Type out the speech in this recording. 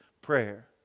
prayer